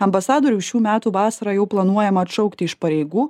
ambasadorių šių metų vasarą jau planuojama atšaukti iš pareigų